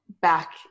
back